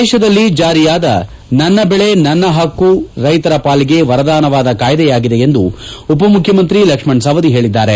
ದೇಶದಲ್ಲಿ ಜಾರಿಯಾದ ನನ್ನ ಬೆಳೆ ನನ್ನ ಪಕ್ಕ ರೈಶರ ಪಾಲಿಗೆ ವರದಾನವಾದ ಕಾಯ್ದೆಯಾಗಿದೆ ಎಂದು ಉಪಮುಖ್ಯಮಂತ್ರಿ ಲಕ್ಷ್ಮಣ ಸವದಿ ಹೇಳಿದ್ದಾರೆ